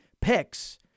picks